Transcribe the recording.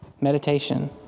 Meditation